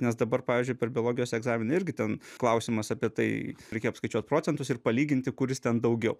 nes dabar pavyzdžiui per biologijos egzaminą irgi ten klausimas apie tai reikėjo apskaičiuot procentus ir palyginti kuris ten daugiau